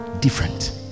different